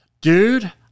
Dude